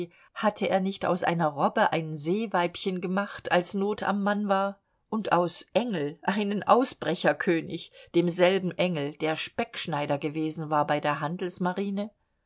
hatte er nicht aus einer robbe ein seeweibchen gemacht als not am mann war und aus engel einen ausbrecherkönig demselben engel der speckschneider gewesen war bei der